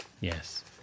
Yes